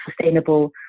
sustainable